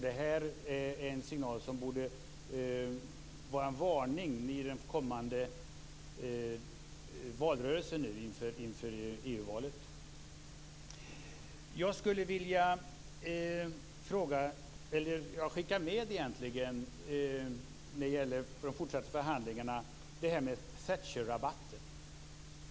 Det här är en signal som borde vara en varning i den kommande valrörelsen inför Jag skulle vilja skicka med inför de fortsatta förhandlingarna det här med Thatcherrabatten.